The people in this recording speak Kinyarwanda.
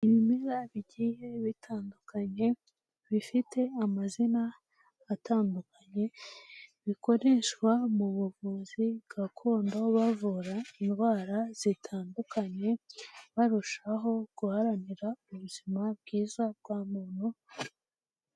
Ibimera bigiye bitandukanye bifite amazina atandukanye bikoreshwa mu buvuzi gakondo bavura indwara zitandukanye barushaho guharanira ubuzima bwiza bwa muntu.